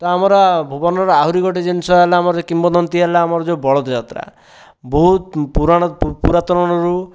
ତ ଆମର ଭୁବନର ଆହୁରି ଗୋଟିଏ ଜିନିଷ ହେଲା ଆମର କିମ୍ବଦନ୍ତୀ ହେଲା ଆମର ଯେଉଁ ବଳଦ ଯାତ୍ରା ବହୁତ ପୁରାଣରୁ ପୁରାତନରୁ